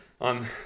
On